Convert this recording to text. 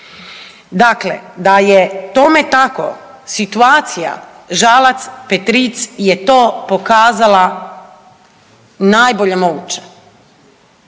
Dakle, da je tome tako, situacija Žalac-Petric je to pokazala najbolje moguće.